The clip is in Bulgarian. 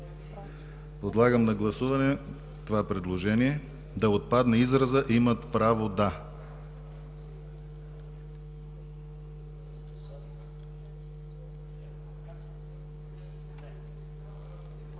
Подлагам на гласуване това предложение – да отпадне изразът „имат право да”.